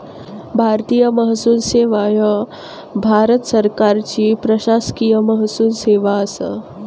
भारतीय महसूल सेवा ह्या भारत सरकारची प्रशासकीय महसूल सेवा असा